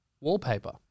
Wallpaper